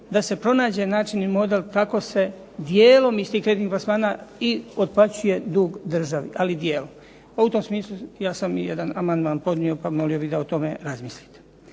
da se pronađe način i model kako se dijelom iz tih kreditnih plasmana i otplaćuje dug državi, ali dijelom. Pa u tom smislu ja sam i jedan amandman podnio pa molio bih da o tome razmislite.